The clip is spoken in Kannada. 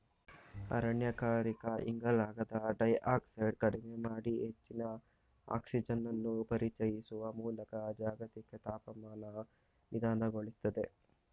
ಅರಣ್ಯೀಕರಣ ಇಂಗಾಲದ ಡೈಯಾಕ್ಸೈಡ್ ಕಡಿಮೆ ಮಾಡಿ ಹೆಚ್ಚಿನ ಆಕ್ಸಿಜನನ್ನು ಪರಿಚಯಿಸುವ ಮೂಲಕ ಜಾಗತಿಕ ತಾಪಮಾನ ನಿಧಾನಗೊಳಿಸ್ತದೆ